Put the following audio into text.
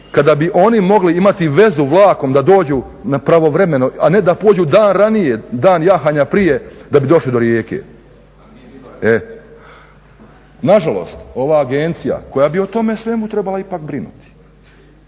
kada bi oni mogli imati vezu vlakom da dođu pravovremeno a ne da pođu dan ranije, dan jahanja prije da bi došli do Rijeke. Nažalost ova agencija koja bi o tomu svemu trebala ipak brinuti,